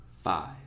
Five